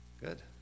Good